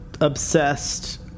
obsessed